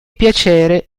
piacere